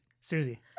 Susie